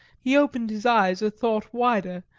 he opened his eyes a thought wider,